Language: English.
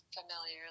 familiar